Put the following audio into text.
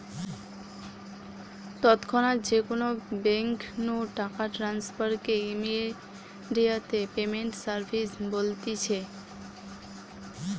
তৎক্ষণাৎ যে কোনো বেঙ্ক নু টাকা ট্রান্সফার কে ইমেডিয়াতে পেমেন্ট সার্ভিস বলতিছে